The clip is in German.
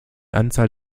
anzahl